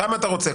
כמה אתה רוצה?